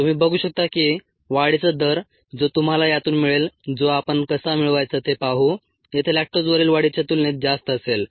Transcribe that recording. तुम्ही बघू शकता की वाढीचा दर जो तुम्हाला यातून मिळेल जो आपण कसा मिळवायचा ते पाहू येथे लॅक्टोजवरील वाढीच्या तुलनेत जास्त असेल